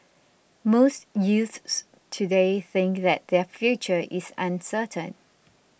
most youths today think that their future is uncertain